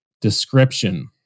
description